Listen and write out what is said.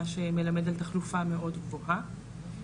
מה שמלמד על תחלופה מאוד גבוהה,